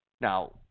now